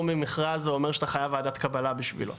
ממכרז זה אומר שאתה חייב ועדת קבלה בשבילו.